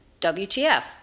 WTF